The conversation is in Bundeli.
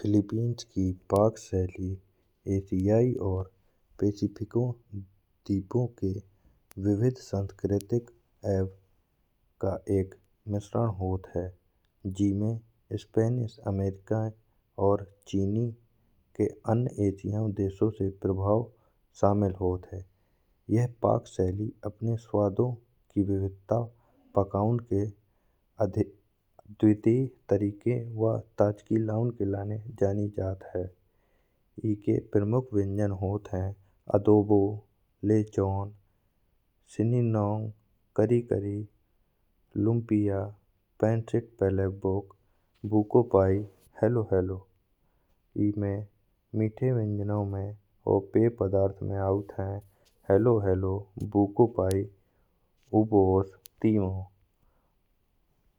फिलीपींस की पाक शैली एशियाई और पैसिफिक द्वीपों के विविध सांस्कृतिक अभ का एक मिश्रण होत है। जी में स्पैनिश अमेरिका और चीनी के अन्य एशियाई देशों से प्रभाव शामिल होत है। पाक शैली अपने स्वादों की विविधता पकाने के अधिक द्वितीय तरीके वा ताजगी लाने के लिए जानी जात है। इसके प्रमुख व्यंजन होत हैं अथवा लेचॉन, सिंगीनन करी, करी लूम्पिया, पँचिलपालेबुक हुकोपाई हेलो हेलो। इनमें मिठे व्यंजनों में ओर पेय पदार्थ में आऊत है। लो हेलो बुकुपाई उबोष टीमो